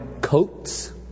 coats